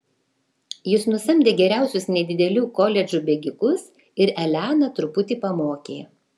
jis nusamdė geriausius nedidelių koledžų bėgikus ir eleną truputį pamokė